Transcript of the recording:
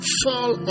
fall